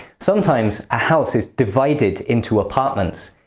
sometimes a house is divided into apartments,